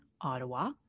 Ottawa